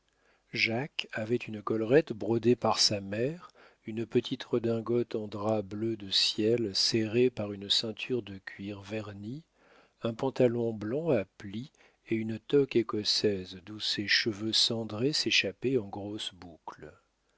jacques avait une collerette brodée par sa mère une petite redingote en drap bleu de ciel serrée par une ceinture de cuir verni un pantalon blanc à plis et une toque écossaise d'où ses cheveux cendrés s'échappaient en grosses boucles